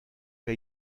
que